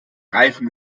reifen